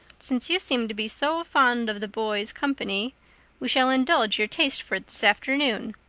since you seem to be so fond of the boys' company we shall indulge your taste for it this afternoon,